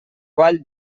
vall